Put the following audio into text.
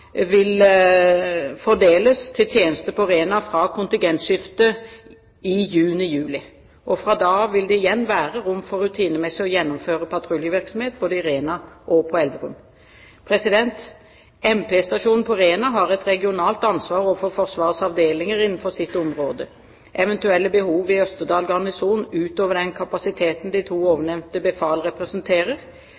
vil fordeles til tjeneste på Rena fra kontingentskiftet i juni/juli. Fra da av vil det igjen være rom for rutinemessig å gjennomføre patruljevirksomhet både på Rena og i Elverum. MP-stasjonen på Rena har et regionalt ansvar overfor Forsvarets avdelinger innenfor sitt område. Eventuelle behov i Østerdal garnison utover den kapasiteten de to